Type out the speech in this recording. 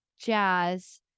jazz